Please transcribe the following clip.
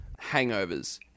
hangovers